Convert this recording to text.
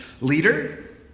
leader